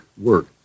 work